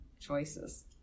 choices